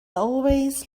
always